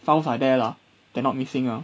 files are there lah they're not missing ah